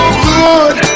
good